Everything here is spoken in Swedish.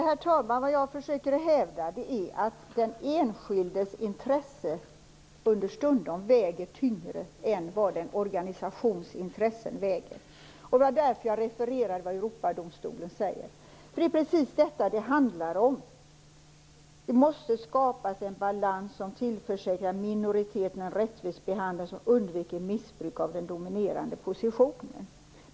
Herr talman! Vad jag försöker hävda är att den enskildes intresse understundom väger tyngre än en organisations intresse. Det var därför jag refererade vad Europadomstolen säger. Det är precis detta det handlar om. Det måste skapas en balans som tillförsäkrar minoriteten rättvis behandling och som undviker missbruk av den dominerande positionen.